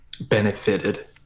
benefited